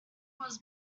was